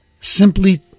simply